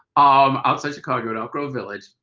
um outside chicago, at elk grove village.